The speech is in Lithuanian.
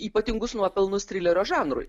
ypatingus nuopelnus trilerio žanrui